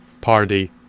party